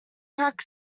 crack